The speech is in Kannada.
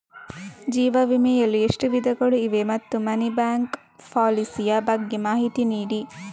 ಜೀವ ವಿಮೆ ಯಲ್ಲಿ ಎಷ್ಟು ವಿಧಗಳು ಇವೆ ಮತ್ತು ಮನಿ ಬ್ಯಾಕ್ ಪಾಲಿಸಿ ಯ ಬಗ್ಗೆ ಮಾಹಿತಿ ನೀಡಿ?